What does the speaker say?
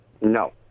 no